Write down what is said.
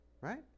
right